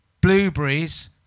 blueberries